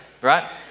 right